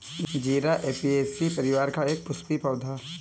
जीरा ऍपियेशी परिवार का एक पुष्पीय पौधा है